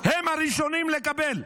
הם הראשונים לקבל,